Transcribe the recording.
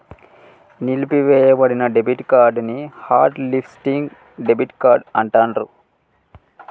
నిలిపివేయబడిన debit card ని hot listing debit card అంటాండ్రు